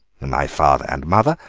my father and mother,